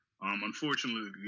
Unfortunately